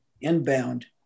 inbound